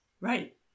right